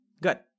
Good